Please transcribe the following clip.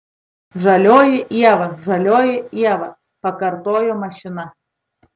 žalioji ieva žalioji ieva pakartojo mašina